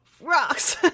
rocks